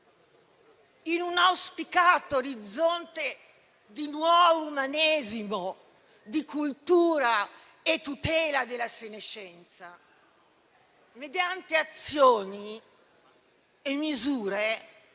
in un auspicato orizzonte di nuovo umanesimo di cultura e tutela della senescenza mediante azioni e misure